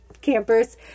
campers